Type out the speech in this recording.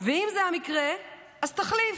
/ ואם זה המקרה / אז תחליף.